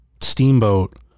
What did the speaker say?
Steamboat